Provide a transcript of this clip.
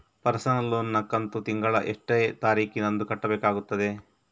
Personal loan ನ ಕಂತು ತಿಂಗಳ ಎಷ್ಟೇ ತಾರೀಕಿನಂದು ಕಟ್ಟಬೇಕಾಗುತ್ತದೆ?